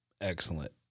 excellent